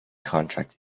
contract